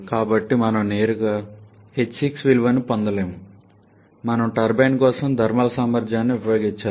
కాబట్టి మనము నేరుగా h6 విలువను పొందలేము మనము టర్బైన్ కోసం థర్మల్ సామర్థ్యాన్ని ఉపయోగించాలి